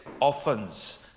orphans